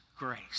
grace